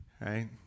Right